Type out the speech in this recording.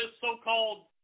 so-called